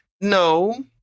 No